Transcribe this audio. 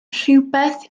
rhywbeth